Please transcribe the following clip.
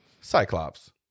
Cyclops